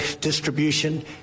distribution